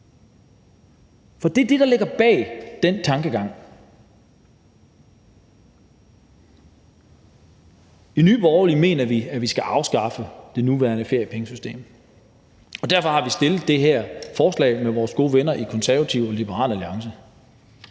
Det er det, der ligger bag den tankegang. I Nye Borgerlige mener vi, at vi skal afskaffe det nuværende feriepengesystem. Derfor har vi fremsat det her forslag sammen med vores gode venner i Det Konservative Folkeparti og Liberal Alliance.